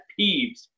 peeves